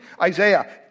Isaiah